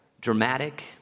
dramatic